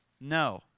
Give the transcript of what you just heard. no